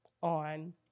on